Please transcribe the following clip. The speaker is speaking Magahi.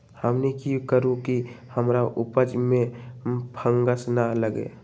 हमनी की करू की हमार उपज में फंगस ना लगे?